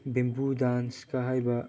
bamboo ꯗꯥꯟꯁꯀ ꯍꯥꯏꯕ